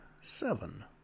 seven